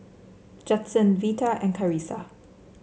Judson Vita and Carisa